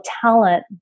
talent